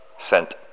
Sent